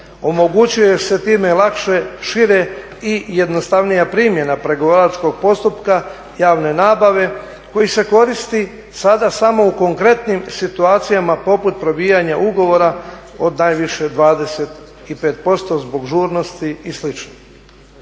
Omogućuje se time lakša, šira i jednostavnija primjena pregovaračkog postupka javne nabave koji se koristi sada samo u konkretnim situacijama poput probijanja ugovora od najviše 25% zbog žurnosti i